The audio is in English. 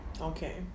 Okay